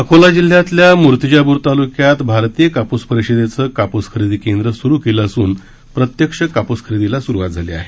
अकोला जिल्यातल्या मूर्तिजापूर तालुक्यात भारतीय कापूस रिषदेचं कापूस खरेदी केंद्र सुरू केलं असून प्रत्यक्ष कापूस खरेदीला सुरुवात झाली आहे